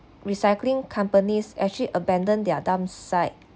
recycling companies actually abandon their dump site